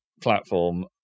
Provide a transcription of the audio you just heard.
platform